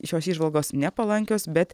šios įžvalgos nepalankios bet